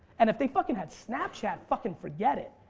and if they fucking had snapchat fucking forget it.